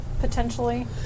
potentially